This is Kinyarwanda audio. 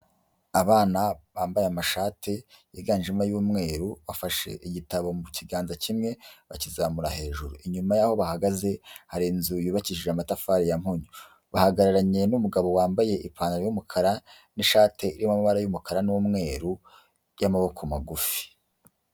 Abana bambaye amashati yiganjemo umweru, bafashe igitabo mu kiganza kimwe bakizamura hejuru, inyuma y'aho bahagaze hari inzu yubakishije amatafari ya mpunyu, bahagararanye n'umugabo wambaye ipantaro y'umukara n'ishati y'amabara y'umukara n'umweru y'amaboko magufi.